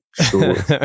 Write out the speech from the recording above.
sure